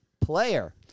player